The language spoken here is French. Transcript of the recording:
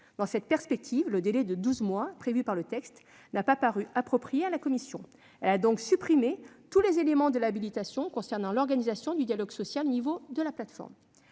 Dans cette perspective, le délai de douze mois prévu par le texte n'a pas paru approprié à la commission. Elle a donc supprimé tous les éléments de l'habilitation concernant l'organisation du dialogue social au niveau de la plateforme.